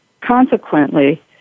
Consequently